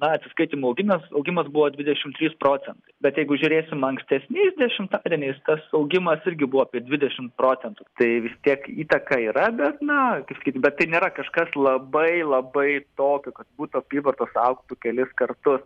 na atsiskaitymų auginas augimas buvo dvidešim trys procentai bet jeigu žiūrėsim ankstesniais dešimtadieniais tas augimas irgi buvo apie dvidešim procentų tai vis tiek įtaka yra bet na kaip sakyti bet tai nėra kažkas labai labai tokio kad būtų apyvartos augtų kelis kartus